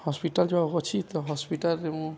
hospital ଯେଉଁ ଅଛି ତ ହସ୍ପିଟାଲ୍ରେ ମୁଁ